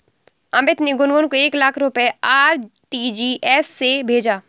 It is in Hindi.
अमित ने गुनगुन को एक लाख रुपए आर.टी.जी.एस से भेजा